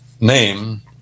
name